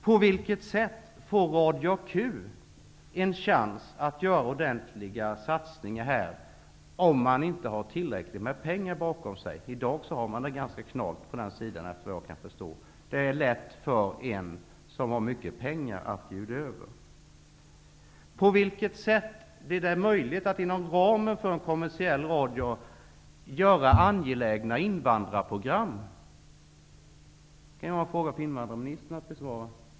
På vilket sätt får Radio Q en chans att göra ordentliga satsningar här om man inte har tillräckligt med pengar bakom sig? I dag är det ganska knalt på den sidan såvitt jag förstår. Det är lätt för den som har mycket pengar att bjuda över. På vilket sätt blir det möjligt att inom ramen för en kommersiell radio göra angelägna invandrarprogram? Det kan ju vara en fråga för invandrarministern att besvara.